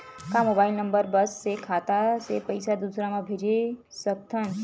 का mobile number बस से खाता से पईसा दूसरा मा भेज सकथन?